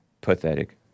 Pathetic